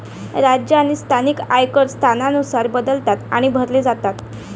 राज्य आणि स्थानिक आयकर स्थानानुसार बदलतात आणि भरले जातात